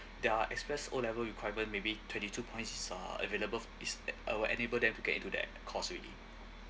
their express O level requirement maybe twenty two points is uh available is that uh we unable them to get into that course already